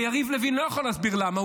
הרי יריב לוין לא יכול להסביר למה,